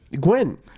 Gwen